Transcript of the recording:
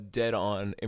dead-on